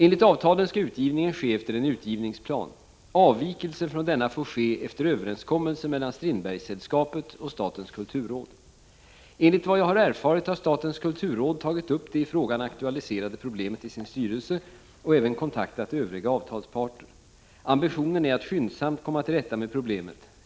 Enligt avtalen skall utgivningen ske efter en utgivningsplan. Avvikelse från denna får ske efter överenskommelse mellan Strindbergssällskapet och statens kulturråd. Enligt vad jag har erfarit har statens kulturråd tagit upp det i frågan aktualiserade problemet i sin styrelse och även kontaktat övriga avtalspartner. Ambitionen är att skyndsamt komma till rätta med problemet.